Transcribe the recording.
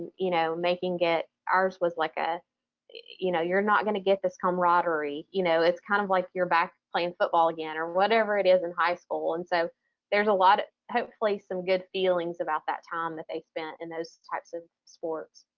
you know making get ours was like a you know you're not gonna get this camaraderie, you know it's kind of like you're back playing football again, or whatever it is in high school. and so there's a lot, hopefully some good feelings about that time that they and those types of sports.